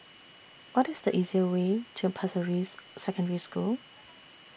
What IS The easiest Way to Pasir Ris Secondary School